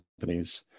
companies